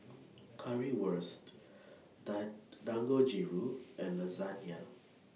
Currywurst Dan Dangojiru and Lasagna